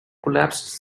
collapsed